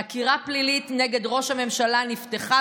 חקירה פלילית נגד ראש הממשלה נפתחה